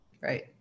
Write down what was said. Right